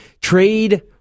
trade